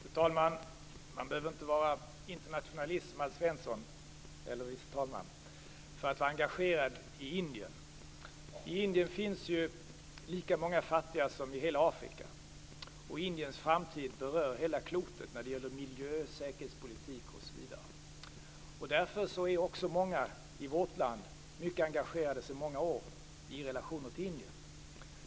Fru talman! Man behöver inte vara internationalist som Alf Svensson eller vice talman för att vara engagerad i frågan om Indien. I Indien finns ju lika många fattiga som i hela Afrika, och Indiens framtid berör hela klotet när det gäller miljö och säkerhetspolitik osv. Därför är också många i vårt land sedan många år mycket engagerade i vår relation till Indien.